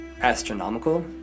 astronomical